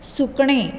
सुकणें